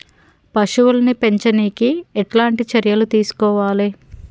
పశువుల్ని పెంచనీకి ఎట్లాంటి చర్యలు తీసుకోవాలే?